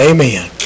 Amen